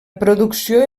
producció